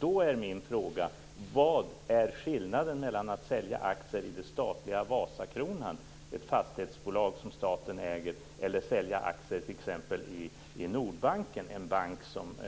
Då är min fråga: Vad är skillnaden mellan att sälja aktier i det statliga Vasakronan, ett fastighetsbolag som staten äger, och att sälja aktier i t.ex. Nordbanken, en bank